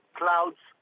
clouds